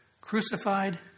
crucified